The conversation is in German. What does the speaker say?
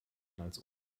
als